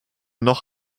noch